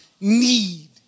need